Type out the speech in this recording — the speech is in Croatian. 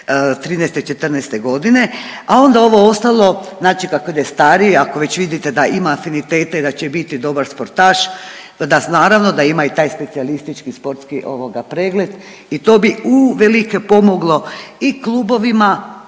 13.14.g., a onda ovo ostalo znači kako ide stariji, ako već vidite da ima afinitete i da će biti dobar sportaš, naravno da ima i taj specijalistički sportski ovoga pregled i to bi uvelike pomoglo i klubovima,